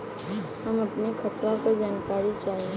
हम अपने खतवा क जानकारी चाही?